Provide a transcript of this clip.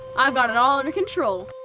i've got it all under control.